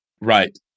Right